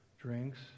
drinks